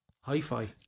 hi-fi